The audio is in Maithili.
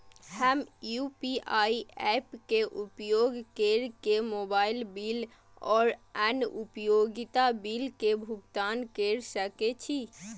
हम यू.पी.आई ऐप्स के उपयोग केर के मोबाइल बिल और अन्य उपयोगिता बिल के भुगतान केर सके छी